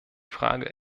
frage